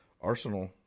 arsenal